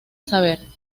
saber